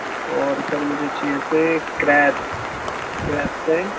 اور سر مجھے چاہیے تھے ایک کریپ کریپس ہیں